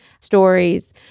stories